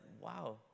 wow